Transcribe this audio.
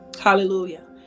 Hallelujah